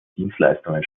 dienstleistungen